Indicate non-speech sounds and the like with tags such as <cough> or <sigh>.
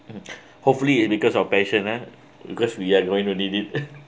mm hopefully it's because of passion lah because we are going to need it <laughs>